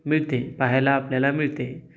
मिळते पाहायला आपल्याला मिळते